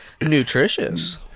Nutritious